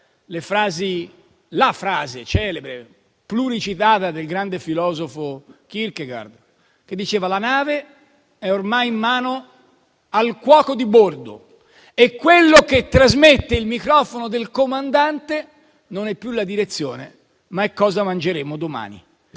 la frase celebre e pluricitata del grande filosofo Kierkegaard, che diceva: la nave è ormai in preda al cuoco di bordo e ciò che trasmette al microfono del comandante non è più la direzione, ma è cosa mangeremo domani.